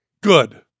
good